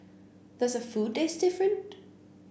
does her food taste different